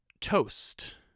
Toast